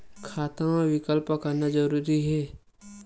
खाता मा विकल्प करना जरूरी है?